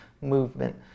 movement